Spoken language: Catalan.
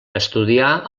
estudià